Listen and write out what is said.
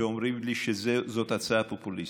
אומרים לי שזאת הצעה פופוליסטית.